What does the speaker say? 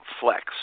flex